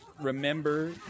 Remember